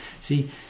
See